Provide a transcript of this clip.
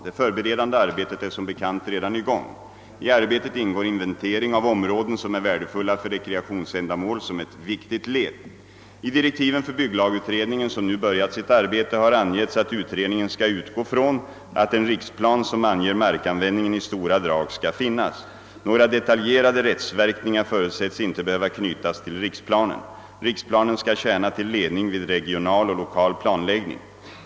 Det förberedande arbetet är som bekant redan i gång. I arbetet ingår inventering av områden som är värdefulla för rekreationsändamål som ett viktigt led. I direktiven för bygglagutredningen, som nu börjat sitt arbete, har angetts att utredningen skall utgå från att en riksplan, som anger markanvändningen i stora drag, skall finnas. Några detaljerade rättsverkningar förutsätts inte behöva knytas till riksplanen. Riksplanen skall tjäna till ledning vid regional och lokal planläggning.